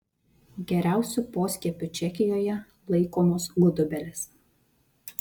geriausiu poskiepiu čekijoje laikomos gudobelės